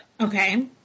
Okay